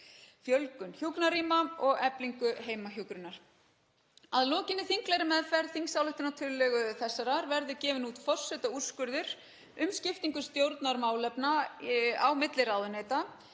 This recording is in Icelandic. fjölgun hjúkrunarrýma og eflingu heimahjúkrunar. Að lokinni þinglegri meðferð þingsályktunartillögu þessarar verður gefinn út forsetaúrskurður um skiptingu stjórnarmálefna á milli ráðuneyta